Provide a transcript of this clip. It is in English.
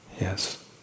Yes